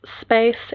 space